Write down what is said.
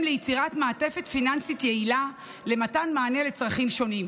ליצירת מעטפת פיננסית יעילה למתן מענה לצרכים שונים.